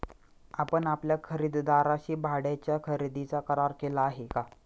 आपण आपल्या खरेदीदाराशी भाड्याच्या खरेदीचा करार केला आहे का?